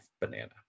banana